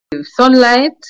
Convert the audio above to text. Sunlight